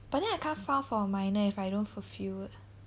but then I can't file for minor if I don't fulfil